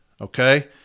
okay